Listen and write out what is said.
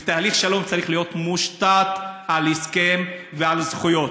ותהליך שלום צריך להיות מושתת על הסכם ועל זכויות.